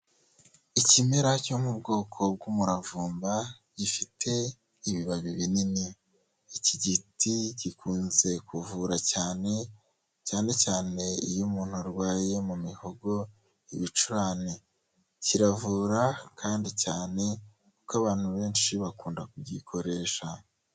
Ikimera cyo mu bwoko bw'umuravumba gifite ibibabi binini, iki giti gikunze kuvura cyane, cyane cyane iyo umuntu arwaye mu mihogo, ibicurane, kiravura kandi cyane kuko abantu benshi bakunda kugikoresha.